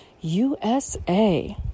USA